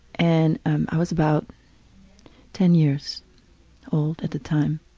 and and i was about ten years old at the time,